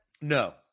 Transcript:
No